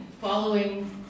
following